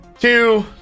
two